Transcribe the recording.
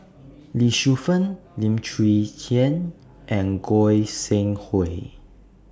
Lee Shu Fen Lim Chwee Chian and Goi Seng Hui